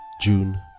June